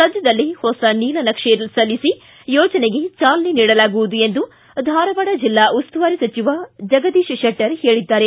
ಸದ್ದದಲ್ಲೇ ಹೊಸ ನೀಲನಕ್ಷೆ ಸಲ್ಲಿಸಿ ಯೋಜನೆಗೆ ಚಾಲನೆ ನೀಡಲಾಗುವುದು ಎಂದು ಧಾರವಾಡ ಜೆಲ್ಲಾ ಉಸ್ತುವಾರಿ ಸಚಿವ ಜಗದೀಶ್ ಶೆಟ್ಟರ್ ಹೇಳಿದ್ದಾರೆ